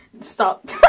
Stop